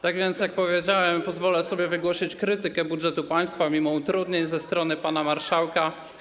Tak więc, jak powiedziałem, pozwolę sobie wygłosić krytykę budżetu państwa mimo utrudnień ze strony pana marszałka.